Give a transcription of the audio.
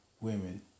women